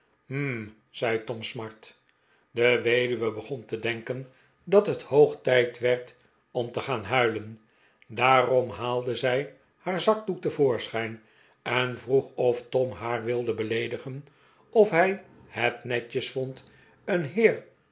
zei tom smart de weduwe begon te denken dat het hoog tijd werd om te gaan huilen daarom haalde zij haar zakdoek te voorschijn en vroeg of tom haar wilde beleedigen of hij het netjes vond een heer